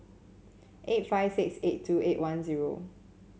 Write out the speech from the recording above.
eight five six eight two eight one zero